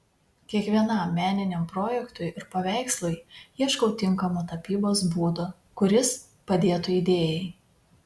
kiekvienam meniniam projektui ir paveikslui ieškau tinkamo tapybos būdo kuris padėtų idėjai